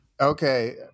Okay